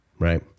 right